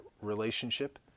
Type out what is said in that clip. relationship